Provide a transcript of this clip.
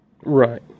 Right